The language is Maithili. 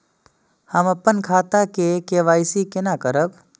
हम अपन खाता के के.वाई.सी केना करब?